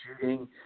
shooting